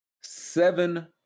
seven